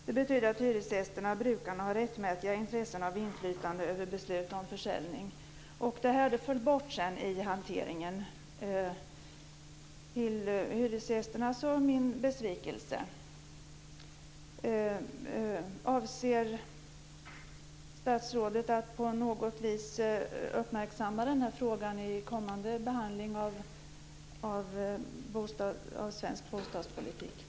Det betyder att hyresgästerna-brukarna har rättmätiga intressen av inflytande över beslut om försäljning. Det här föll sedan bort i hanteringen, till hyresgästernas och min besvikelse. Avser statsrådet att på något vis uppmärksamma den här frågan i kommande behandling av svensk bostadspolitik?